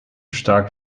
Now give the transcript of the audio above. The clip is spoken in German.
stark